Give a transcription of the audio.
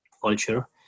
culture